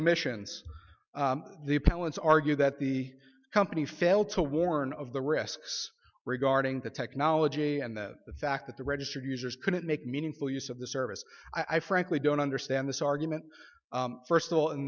a missions the appellant's argue that the company failed to warn of the risks regarding the technology and that the fact that the registered users couldn't make meaningful use of the service i frankly don't understand this argument first of all in